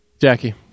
Jackie